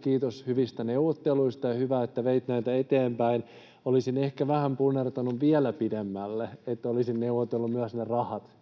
kiitos hyvistä neuvotteluista, ja on hyvä, että veitte näitä eteenpäin. Olisin ehkä vähän punnertanut vielä pidemmälle, että olisin neuvotellut myös ne rahat